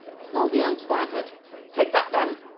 snarled the young swineherd take that then.